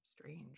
strange